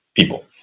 people